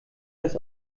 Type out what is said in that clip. das